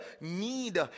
need